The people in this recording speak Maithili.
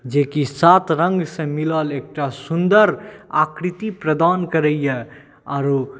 जेकि सात रङ्गसँ मिलल एकटा सुन्दर आकृति प्रदान करैए आओर